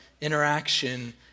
interaction